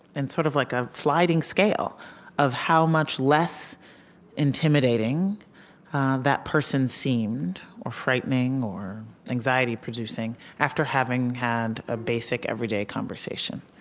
and sort of like a sliding scale of how much less intimidating that person seemed, or frightening, or anxiety producing after having had a basic, everyday conversation.